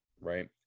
right